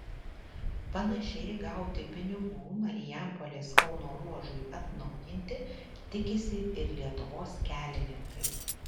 panašiai gauti pinigų marijampolės kauno ruožui atnaujinti tikisi ir lietuvos kelininkai